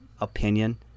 opinion